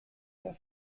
der